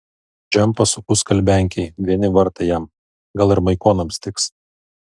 džempą suku skalbenkėj vieni vartai jam gal ir maikonams tiks